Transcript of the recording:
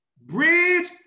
bridge